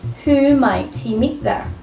who might he meet there?